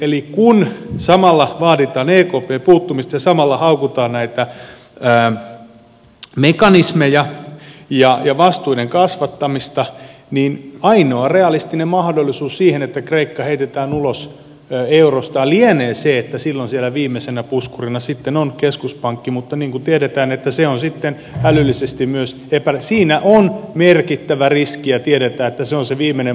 eli kun samalla vaaditaan ekpn puuttumista ja samalla haukutaan näitä mekanismeja ja vastuiden kasvattamista niin ainoa realistinen mahdollisuus siihen että kreikka heitetään ulos eurosta lienee se että silloin siellä viimeisenä puskurina sitten on keskuspankki mutta niin kuin tiedetään että se on sitten välillisesti myös että siinä on merkittävä riski ja tiedetään että se on se viimeinen mahdollisuus